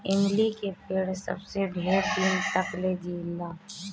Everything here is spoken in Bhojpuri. इमली के पेड़ सबसे ढेर दिन तकले जिएला